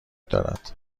دارد